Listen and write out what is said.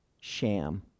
sham